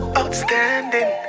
outstanding